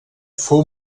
fou